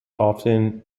often